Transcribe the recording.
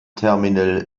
terminal